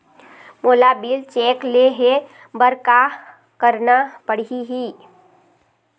मोला bill check ले हे बर का करना पड़ही ही?